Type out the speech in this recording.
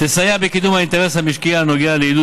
ותסייע בקידום האינטרס המשקי הנוגע לעידוד